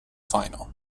final